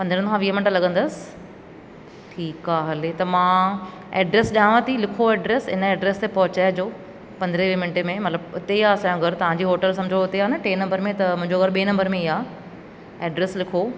पंद्रहं खां वीह मिंट लॻंदसि ठीकु आहे हले त मां एड्रेस ॾियांव थी लिखो एड्रेस हिन एड्रेस ते पहुचाए जो पंद्रहें वीहें मिंटे में मतिलबु इते ई आहे असांजो घरु होटल सम्झो उते आहे न टे नंबर में त मुंहिंजो घरु ॿिए नंबर में ई आहे एड्रेस लिखो